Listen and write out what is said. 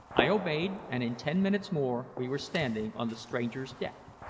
i obeyed, and in ten minutes more we were standing on the stranger's deck.